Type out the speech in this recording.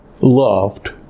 loved